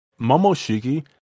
momoshiki